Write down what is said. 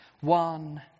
one